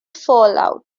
fallout